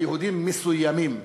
ליהודים מסוימים.